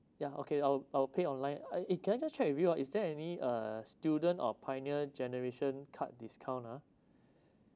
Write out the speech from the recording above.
ya okay I will I will pay online uh eh can I just check with you ah is there any student or pioneer generation card discount ah